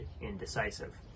indecisive